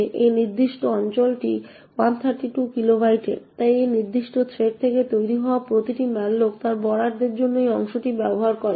যে এই নির্দিষ্ট অঞ্চলটিও 132 কিলোবাইটের তাই এই নির্দিষ্ট থ্রেড থেকে তৈরি হওয়া প্রতিটি ম্যালোক তার বরাদ্দের জন্য এই অংশটি ব্যবহার করে